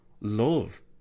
love